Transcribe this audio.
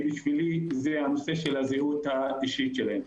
בשבילי זה הנושא של הזהות האישית שלהם.